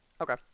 Okay